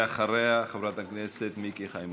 אחריה, חברת הכנסת מיקי חיימוביץ'.